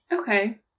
Okay